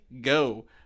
go